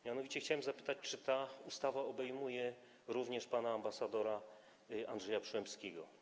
Mianowicie chciałem zapytać, czy ta ustawa obejmuje również pana ambasadora Andrzeja Przyłębskiego.